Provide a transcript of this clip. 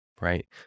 Right